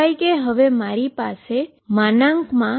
સિવાય કે હવે મારી પાસે |dωdk|k0t x